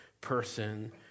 person